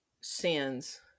sins